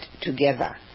together